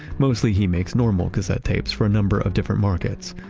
mostly he makes normal cassette tapes for a number of different markets,